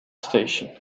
station